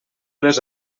les